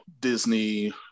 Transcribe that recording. Disney